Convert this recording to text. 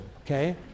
Okay